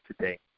today